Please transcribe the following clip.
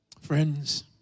Friends